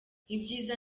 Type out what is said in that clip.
ibyiza